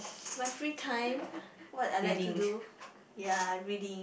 my free time what I like to do ya reading